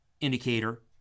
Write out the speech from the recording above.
indicator